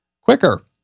quicker